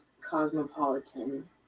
Cosmopolitan